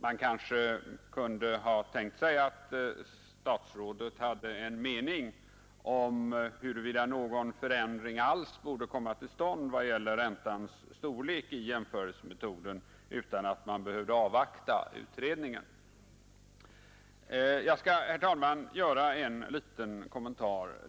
Man kanske kunde ha tänkt sig att statsrådet kunde ha en mening om huruvida någon förändring borde komma till stånd i vad gäller räntans storlek i jämförelsemetoden utan att behöva avvakta utredningen. Jag skall, herr talman, göra en liten kommentar.